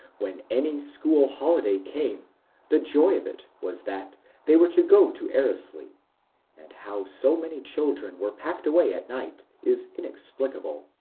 when any school holiday came the joy of it was that they were to go to erleslie and how so many children were packed away at night is inexplicable.